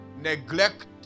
neglect